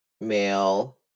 male